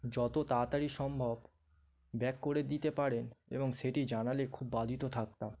যত তাড়াতাড়ি সম্ভব ব্যাক করে দিতে পারেন এবং সেটি জানালে খুব বাধিত থাকতাম